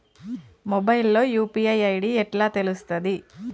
Mobile లో UPI ID ఎట్లా తెలుస్తది?